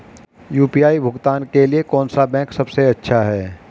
UPI भुगतान के लिए कौन सा बैंक सबसे अच्छा है?